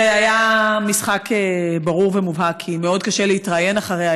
זה היה משחק ברור ומובהק כי מאוד קשה להתראיין אחריה,